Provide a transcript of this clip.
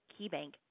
KeyBank